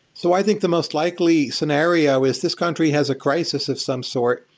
so i think the most likely scenario is this country has a crisis of some sort,